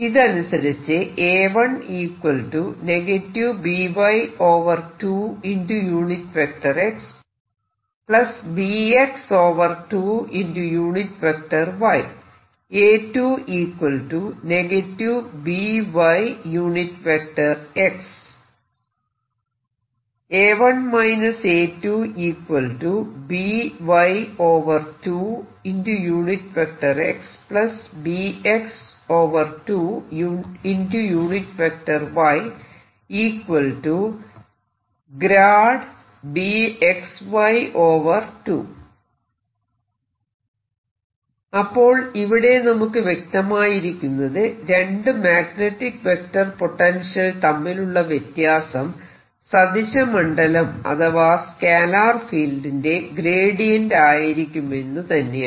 ഇത് അനുസരിച്ച് അപ്പോൾ ഇവിടെ നമുക്ക് വ്യക്തമായിരിക്കുന്നത് രണ്ട് മാഗ്നെറ്റിക് വെക്റ്റർ പൊട്ടൻഷ്യൽ തമ്മിലുള്ള വ്യത്യാസം സദിശ മണ്ഡലം അഥവാ സ്കേലാർ ഫീൽഡിന്റെ ഗ്രേഡിയന്റ് ആയിരിക്കുമെന്നുതന്നെയാണ്